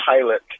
pilot